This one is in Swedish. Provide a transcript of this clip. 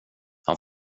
han